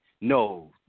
no